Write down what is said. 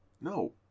No